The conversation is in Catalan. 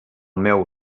meu